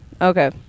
Okay